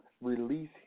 release